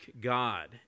God